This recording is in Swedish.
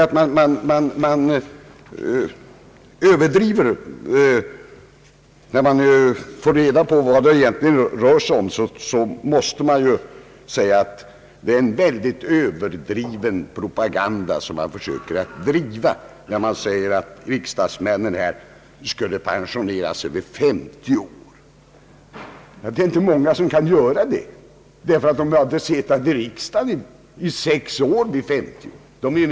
Det vore bra att få reda på sådana ting när man diskuterar denna fråga. Man för en överdriven propaganda när man säger att riksdagsmännen skulle pensionera sig vid 50 år. Det är inte många som kan göra det, ty de har inte suttit i riksdagen i sex år när de uppnår den åldern.